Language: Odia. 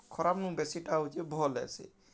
ଖରାପ୍ନୁ ବେଶିଟା ହେଉଛେ ଭଲ୍ ହେସି